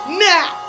now